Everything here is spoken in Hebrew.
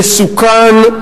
מסוכן,